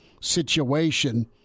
situation